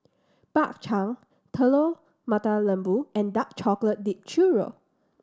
Bak Chang Telur Mata Lembu and dark chocolate dip churro